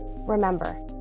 Remember